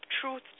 truth